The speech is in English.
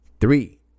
three